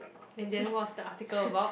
and then what's the article about